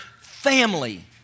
family